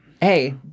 Hey